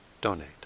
donate